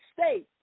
state